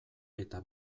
eta